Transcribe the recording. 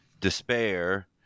Despair